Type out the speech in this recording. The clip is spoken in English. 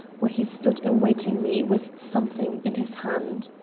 where he stood awaiting me with something in his hand.